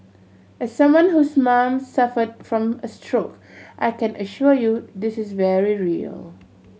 as someone whose mom suffered from a stroke I can assure you this is very real